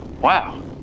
Wow